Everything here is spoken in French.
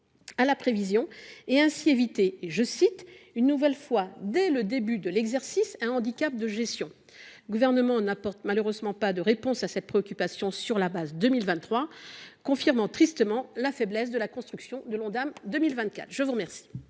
à la prévision pour éviter « une nouvelle fois, dès le début de l’exercice, un handicap de gestion ». Le Gouvernement n’apporte malheureusement pas de réponse à cette préoccupation pour 2023, confirmant tristement la faiblesse de la construction de l’Ondam pour 2024. Je mets aux voix